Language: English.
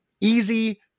easy